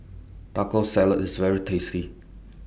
Taco Salad IS very tasty